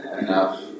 enough